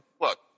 look